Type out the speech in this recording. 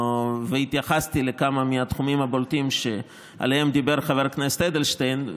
והתייחסתי לכמה מהתחומים הבולטים שעליהם דיבר חבר הכנסת אדלשטיין.